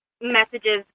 messages